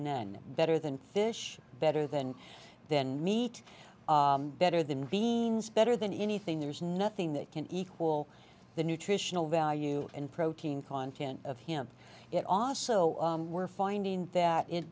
none better than fish better than then meat better than beans better than anything there's nothing that can equal the nutritional value and protein content of him it off so we're finding that it